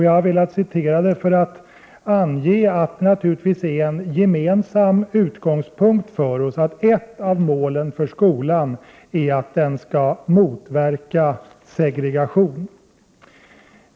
Jag har velat citera det för att ange att det naturligtvis är en gemensam utgångspunkt för oss att ett av målen för skolan är att den skall motverka segregation.